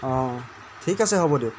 অঁ ঠিক আছে হ'ব দিয়ক